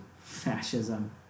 fascism